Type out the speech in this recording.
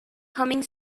humming